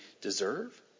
deserve